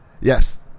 Yes